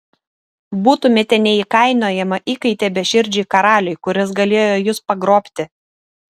būtumėte neįkainojama įkaitė beširdžiui karaliui kuris galėjo jus pagrobti